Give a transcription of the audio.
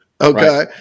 Okay